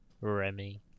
Remy